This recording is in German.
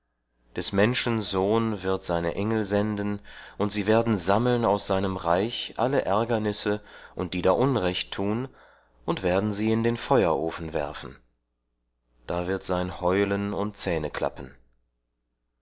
des menschen sohn wird seine engel senden und sie werden sammeln aus seinem reich alle ärgernisse und die da unrecht tun und werden sie in den feuerofen werfen da wird sein heulen und